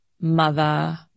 mother